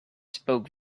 spoke